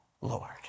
Lord